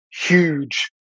huge